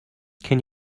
can